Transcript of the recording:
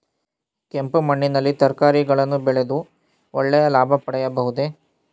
ಕೆಂಪು ಮಣ್ಣಿನಲ್ಲಿ ತರಕಾರಿಗಳನ್ನು ಬೆಳೆದು ಒಳ್ಳೆಯ ಲಾಭ ಪಡೆಯಬಹುದೇ?